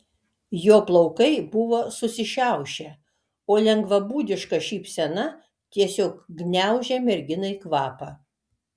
jo plaukai buvo susišiaušę o lengvabūdiška šypsena tiesiog gniaužė merginai kvapą